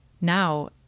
Now